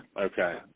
Okay